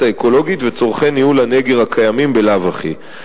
האקולוגית וצורכי ניהול הנגר הקיימים בלאו הכי.